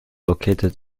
located